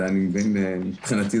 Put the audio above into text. מבחינתי,